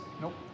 Nope